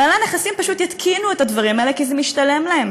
בעלי הנכסים פשוט יתקינו את הדברים האלה כי זה משתלם להם